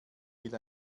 will